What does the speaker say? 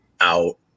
out